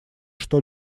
что